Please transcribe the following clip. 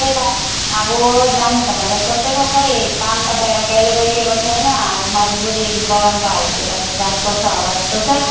त्यही त अब जाने भनेर सोचेको खोई काम त बाहिर कहिले गरिएको छैन अब मजबुरी बगानको हालतले गर्दा जानुपर्छ होला जस्तो छ